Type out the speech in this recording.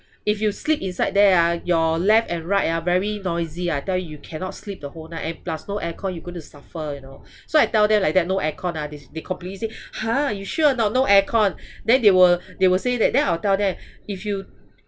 if you sleep inside there ah your left and right ah very noisy I tell you cannot sleep the whole night and plus no aircon you gonna suffer you know so I tell them like that no aircon ah they they completely say !huh! you sure or not no aircon then they will they will say that then I will tell them if you